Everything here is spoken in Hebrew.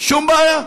שום בעיה.